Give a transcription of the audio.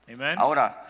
Amen